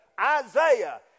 Isaiah